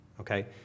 okay